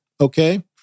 okay